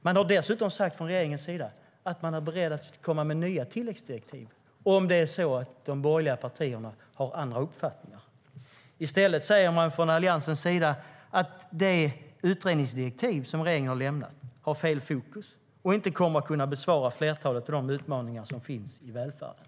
Man har dessutom sagt från regeringens sida att man är beredd att komma med nya tilläggsdirektiv om det är så att de borgerliga partierna har andra uppfattningar. Från Alliansens sida säger man dock att det utredningsdirektiv regeringen har lämnat har fel fokus och inte kommer att kunna besvara flertalet av de utmaningar som finns i välfärden.